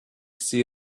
see